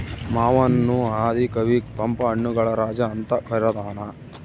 ಮಾವನ್ನು ಆದಿ ಕವಿ ಪಂಪ ಹಣ್ಣುಗಳ ರಾಜ ಅಂತ ಕರದಾನ